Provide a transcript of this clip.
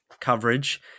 coverage